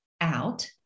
out